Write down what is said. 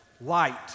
light